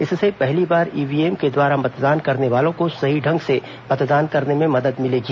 इससे पहली बार ईव्हीएम के द्वारा मतदान करने वालों को सही ढंग से मतदान करने में मदद मिलेगी